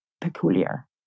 peculiar